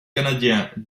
canadien